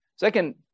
Second